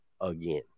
again